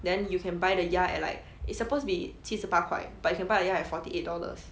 then you can buy the 鸭 at like it's supposed to be 七十八块 but you can buy the 鸭 at forty eight dollars